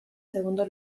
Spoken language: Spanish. segundo